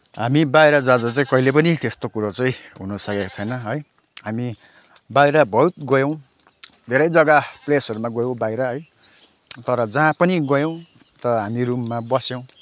हामी बाहिर जाँदा चाहिँ कहिल्यै पनि त्यस्तो कुरो चाहिँ हुन सकेको छैन है हामी बाहिर बहुत गयौँ धेरै जग्गा प्लेसहरूमा गयौँ बाहिर है तर जहाँ पनि गयौँ तर हामी रुममा बस्यौँ